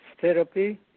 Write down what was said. therapy